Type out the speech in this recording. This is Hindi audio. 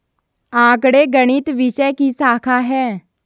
आंकड़े गणित विषय की शाखा हैं